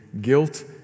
guilt